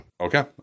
okay